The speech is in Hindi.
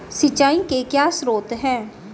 सिंचाई के क्या स्रोत हैं?